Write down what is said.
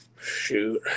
Shoot